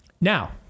Now